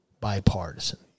Bipartisan